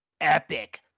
epic